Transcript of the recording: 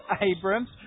Abrams